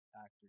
actor